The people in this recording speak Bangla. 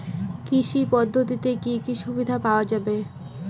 কৃষি পদ্ধতিতে কি কি সুবিধা পাওয়া যাবে?